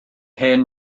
hen